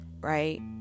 right